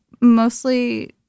mostly